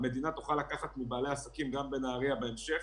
המדינה תוכל לקחת מבעלי העסקים גם מנהריה בהמשך.